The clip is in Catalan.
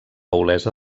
olesa